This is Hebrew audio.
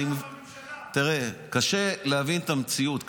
תראה, קשה להבין את המציאות.